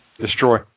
Destroy